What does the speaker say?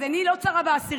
אז עיני לא צרה באסירים,